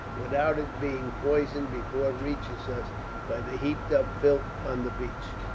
without its being poisoned before it reaches us by the heaped up filth on the beach.